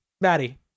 Maddie